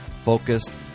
focused